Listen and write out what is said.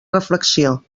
reflexió